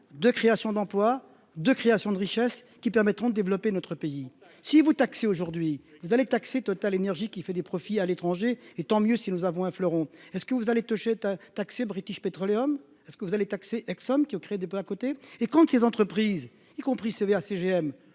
de créations d'emplois, de création de richesses qui permettront de développer notre pays si vous taxez aujourd'hui vous allez taxer Total Énergie, qui fait des profits à l'étranger et tant mieux si nous avons un fleuron est-ce que vous allez toucher tu taxer British Petroleum est-ce que vous allez taxer, ex-homme qui au cri de peu à côté, et ces entreprises y compris CGM